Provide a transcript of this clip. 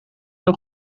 een